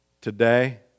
today